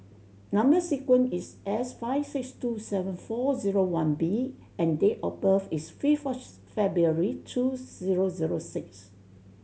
number sequence is S five six two seven four zero one B and date of birth is fifth February two zero zero six